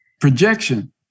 projection